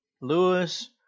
Lewis